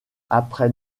après